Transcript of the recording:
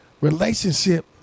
relationship